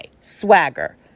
swagger